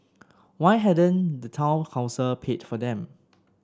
why hadn't the town council paid for them